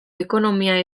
ekonomia